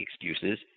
excuses